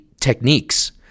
techniques